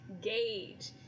gauge